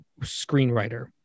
screenwriter